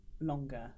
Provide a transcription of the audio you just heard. longer